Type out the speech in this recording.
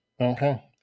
Okay